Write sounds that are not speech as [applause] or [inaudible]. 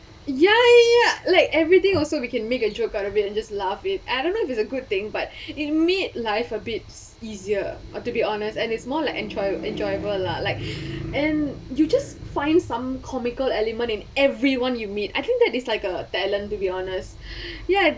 ya ya ya like everything also we can make a joke out of it and just laugh it I don't know if it's a good thing but it made life a bit easier or to be honest and it's more like enjoy enjoyable lah like [breath] and you just find some comical element in everyone you meet I think that is like a talent to be honest [breath] ya